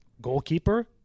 goalkeeper